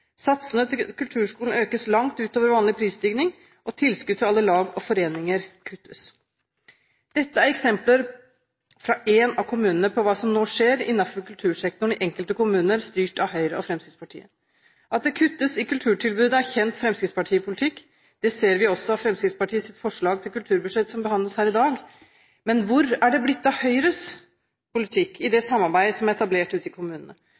Satsene til kulturskolen økes langt utover vanlig prisstigning, og tilskudd til alle lag og foreninger kuttes. Dette er eksempler fra én kommune og viser hva som nå skjer innenfor kultursektoren i enkelte kommuner styrt av Høyre og Fremskrittspartiet. At det kuttes i kulturtilbudet, er kjent fremskrittspartipolitikk, det ser vi også av Fremskrittspartiets forslag til kulturbudsjett, som behandles her i dag. Men hvor er det blitt av Høyres politikk i det samarbeidet som er etablert ute i kommunene?